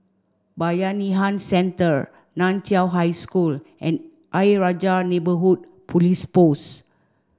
Bayanihan Centre Nan Chiau High School and Ayer Rajah Neighbourhood Police Post